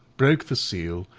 broke the seal,